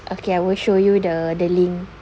okay I will show you the link